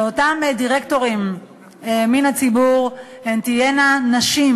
שאותם דירקטורים מן הציבור יהיו נשים,